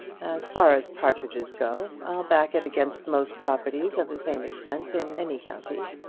as far as partridges go i'll back it against most properties of the same extent in any county.